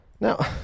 Now